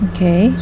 Okay